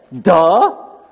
duh